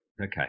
okay